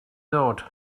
ddod